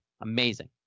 Amazing